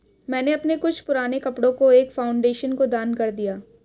मैंने अपने कुछ पुराने कपड़ो को एक फाउंडेशन को दान कर दिया